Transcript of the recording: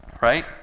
Right